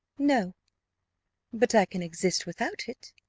no but i can exist without it.